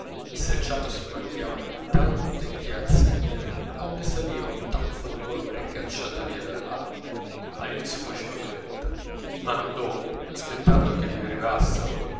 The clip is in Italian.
selciato si macchiava di tante chiazze nere onde saliva un tanfo di polvere cacciata via dall'acqua la viuzza faceva toletta ma dopo aspettando che vi arrivassero da